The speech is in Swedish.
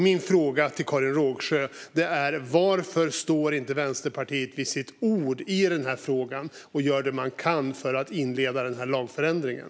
Min fråga till Karin Rågsjö är: Varför står inte Vänsterpartiet vid sitt ord i den här frågan och gör det man kan för att inleda lagförändringen?